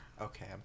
Okay